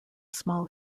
small